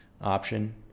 option